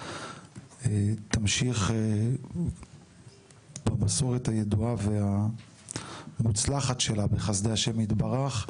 תמשיך במסורת הידועה והמוצלחת שלה בחסדי השם יתברך,